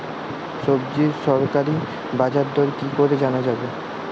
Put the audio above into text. সবজির সরকারি বাজার দর কি করে জানা যাবে?